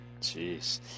jeez